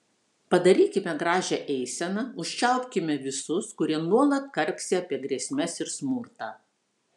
padarykime gražią eiseną užčiaupkime visus kurie nuolat karksi apie grėsmes ir smurtą